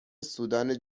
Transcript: سودان